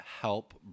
help